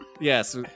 Yes